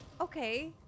okay